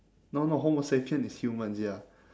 no no homo sapien is humans ya